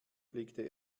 blickte